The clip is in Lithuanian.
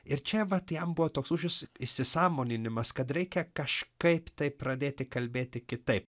ir čia vat jam buvo toks lūžis įsisąmoninimas kad reikia kažkaip tai pradėti kalbėti kitaip